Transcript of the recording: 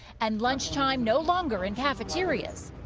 and lunchtime no longer in cafeterias.